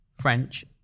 French